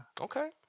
Okay